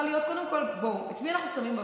להיות קודם כול: את מי אנחנו שמים במרכז?